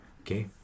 Okay